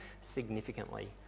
significantly